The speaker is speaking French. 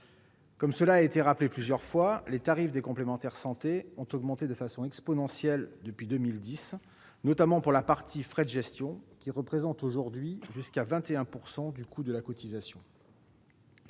Comme il a été rappelé plusieurs fois, les tarifs des complémentaires santé ont augmenté de façon exponentielle à partir de 2010, du fait notamment des frais de gestion, qui représentent aujourd'hui jusqu'à 21 % du coût de la cotisation.